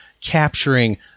capturing